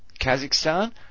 Kazakhstan